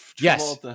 Yes